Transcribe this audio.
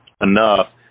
enough